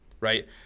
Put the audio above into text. right